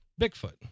Bigfoot